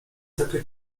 takie